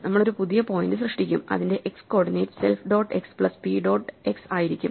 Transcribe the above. നമ്മൾ ഒരു പുതിയ പോയിന്റ് സൃഷ്ടിക്കും അതിന്റെ x coordinate self dot x plus p dot x ആയിരിക്കും